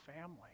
family